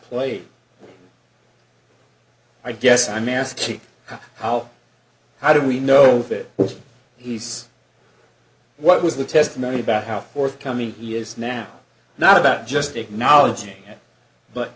played i guess i'm asking how how do we know that he's what was the testimony about how forthcoming he is now not about just acknowledg